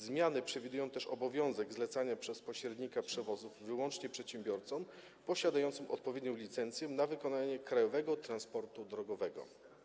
Zmiany przewidują też obowiązek zlecania przez pośrednika przewozów wyłącznie przedsiębiorcom posiadającym odpowiednią licencję na wykonanie krajowego transportu drogowego.